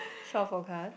short forecast